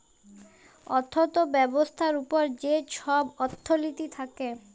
অথ্থ ব্যবস্থার উপর যে ছব অথ্থলিতি থ্যাকে